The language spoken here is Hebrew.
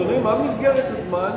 אדוני, מה מסגרת הזמן?